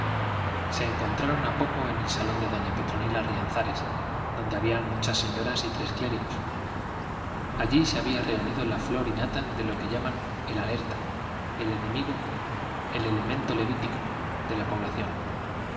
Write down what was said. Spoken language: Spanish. se encontraron a poco en el salón de doña petronila rianzares donde habían muchas señoras y tres clérigos allí se había reunido la flor y nata de lo que llamaba el alerta el elemento levítico de la población